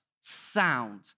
sound